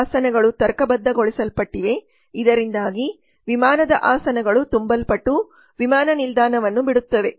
ಆಸನಗಳು ತರ್ಕಬದ್ಧಗೊಳಿಸಲ್ಪಟ್ಟಿವೆ ಇದರಿಂದಾಗಿ ವಿಮಾನಡಾ ಆಸನಗಳು ತುಂಬಲ್ಪಟ್ಟು ವಿಮಾನ ನಿಲ್ದಾಣವನ್ನು ಬಿಡುತ್ತವೆ